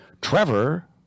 Trevor